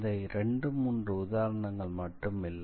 இந்த 2 3 உதாரணங்கள் மட்டுமில்லை